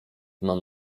mam